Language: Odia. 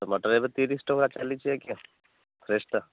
ଟମାଟର ଏବେ ତିରିଶ ଟଙ୍କା ଚାଲିଛି ଆଜ୍ଞା ଫ୍ରେସ୍ଟା